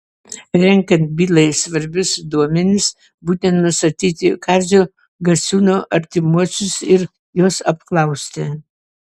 renkant bylai svarbius duomenis būtina nustatyti kazio gasiūno artimuosius ir juos apklausti